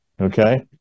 okay